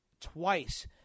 twice